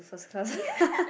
first class